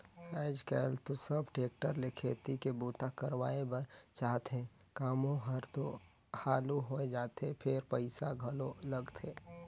आयज कायल तो सब टेक्टर ले खेती के बूता करवाए बर चाहथे, कामो हर तो हालु होय जाथे फेर पइसा घलो लगथे